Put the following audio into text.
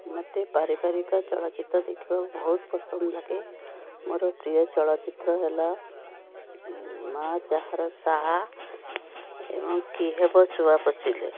ମୋତେ ପାରିବାରିକ ଚଳଚ୍ଚିତ୍ର ଦେଖିବାକୁ ବହୁତ ପସନ୍ଦ ଲାଗେ ମୋର ପ୍ରିୟ ଚଳଚ୍ଚିତ୍ର ହେଲା ଉଁ ମାଁ ଯାହାର ସାହା ଏବଂ କି ହେବ ଶୁଆ ପୋଷିଲେ